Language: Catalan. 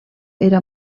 era